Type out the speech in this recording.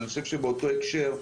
אני חושב שבאותו הקשר,